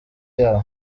yabo